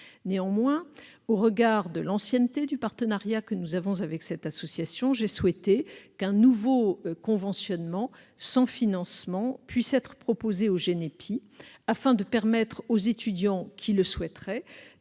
Néanmoins, au regard de l'ancienneté de notre partenariat avec cette association, j'ai souhaité qu'un nouveau conventionnement, sans financement, puisse lui être proposé, afin de permettre aux étudiants qui le souhaiteraient